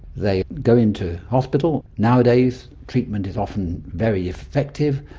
they go into hospital. nowadays treatment is often very effective,